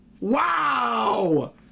Wow